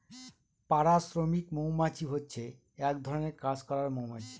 পাড়া শ্রমিক মৌমাছি হচ্ছে এক ধরনের কাজ করার মৌমাছি